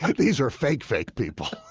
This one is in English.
these are fake fake people